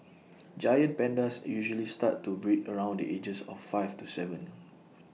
giant pandas usually start to breed around the ages of five to Seven